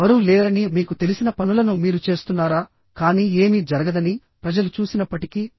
ఎవరూ లేరని మీకు తెలిసిన పనులను మీరు చేస్తున్నారా కానీ ఏమీ జరగదని ప్రజలు చూసినప్పటికీ